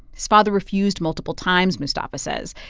his father refused multiple times, mustafa says.